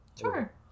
sure